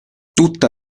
tutta